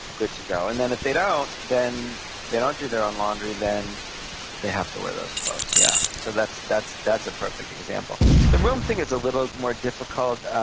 good to go. and then if they don't, then they don't do their own laundry, then they have to wear those clothes. yeah. so that's that's a perfect example the room thing is a little more difficult.